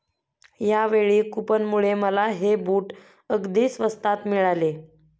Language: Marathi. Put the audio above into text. यावेळी कूपनमुळे मला हे बूट अगदी स्वस्तात मिळाले